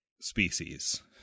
species